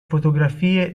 fotografie